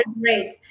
great